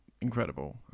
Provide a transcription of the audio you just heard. incredible